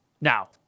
Now